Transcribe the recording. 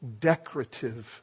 decorative